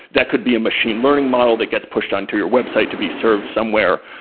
that could be a machine learning model that gets pushed on to your website to be served somewhere.